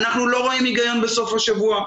אנחנו לא רואים היגיון בסוף השבוע.